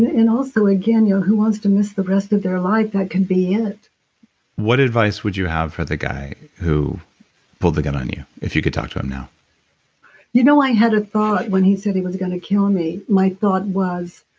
and also again, who wants to miss the rest of their life? that can be it what advice would you have for the guy who pulled the gun on you if you could talk to him now you know i had a thought when he said he was going to kill me. my thought was,